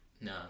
No